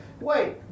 wait